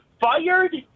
fired